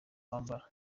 bambara